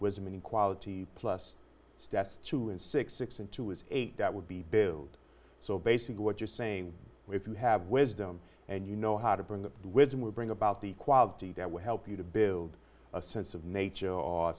of any quality plus steps two and six six and two is eight that would be build so basically what you're saying if you have wisdom and you know how to bring the wisdom will bring about the quality that will help you to build a sense of nature o